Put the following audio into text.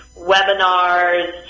webinars